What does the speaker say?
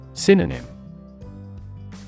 Synonym